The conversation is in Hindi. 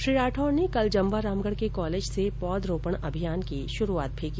श्री राठौड ने कल जमवारामगढ़ के कॉलेज से पौध रोपण अभियान की शुरूआत भी की